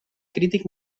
crític